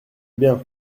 bien